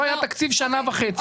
לא היה תקציב שנה וחצי.